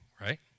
right